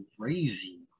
crazy